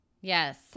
Yes